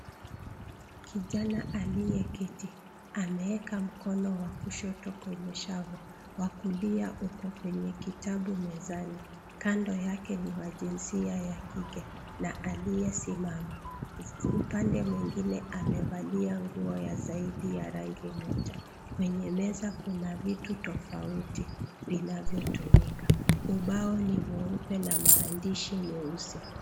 Kijana aliyeketi ameeka mkono wa kushoto kwenye shavu wa kulia huko kwenye kitabu mezani, kando yake ni wa jinsia ya kike na aliyesimama upande mwingine amevalia nguo ya zaidi ya rangi moja ,kwenye meza kuna vitu tofauti vinavyotumika ,ubao ni mweupe na maandishi meusi.